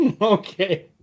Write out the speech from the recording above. Okay